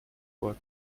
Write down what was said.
war